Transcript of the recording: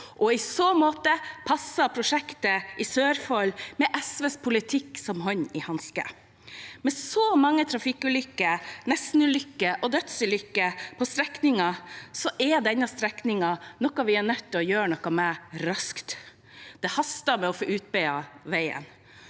I så måte passer prosjektet i Sørfold som hånd i hanske med SVs politikk. Med så mange trafikkulykker, nestenulykker og dødsulykker på strekningen er denne strekningen noe vi er nødt til å gjøre noe med raskt. Det haster å få utbedret veien.